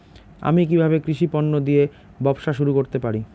আমি কিভাবে কৃষি পণ্য দিয়ে ব্যবসা শুরু করতে পারি?